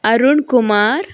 Arun Kumar